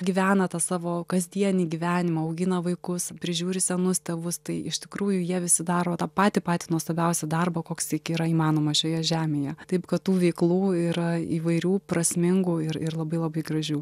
gyvena tą savo kasdienį gyvenimą augina vaikus prižiūri senus tėvus tai iš tikrųjų jie visi daro tą patį patį nuostabiausią darbą koks tik yra įmanomas šioje žemėje taip kad tų veiklų yra įvairių prasmingų ir ir labai labai gražių